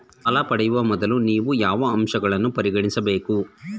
ಸಾಲ ಪಡೆಯುವ ಮೊದಲು ನೀವು ಯಾವ ಅಂಶಗಳನ್ನು ಪರಿಗಣಿಸಬೇಕು?